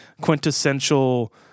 quintessential